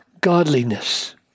godliness